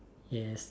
yes